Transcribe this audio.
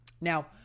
Now